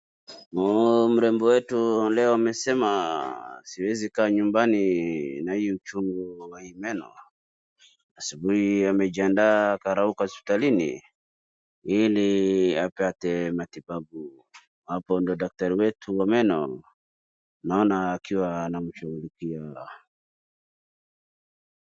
Mrembo wetu amesema leo siezi kaa nyumbani na hii uchungu wa hii meno. Asubuhi amejiandaa akarauka hospitalini ili apate matibabu hapo ndip daktari wetuw wa meno naona akiwa anamshughulikia.